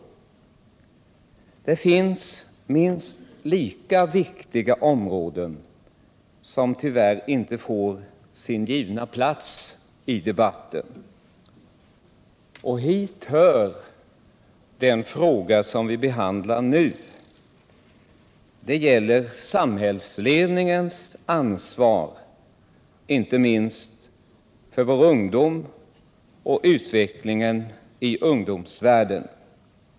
Men det finns andra och minst lika viktiga frågor som tyvärr inte får sin givna plats i debatten. Dit hör den som vi nu behandlar, samhällsledningens ansvar för vår ungdom och för utvecklingen i ungdomsvärlden.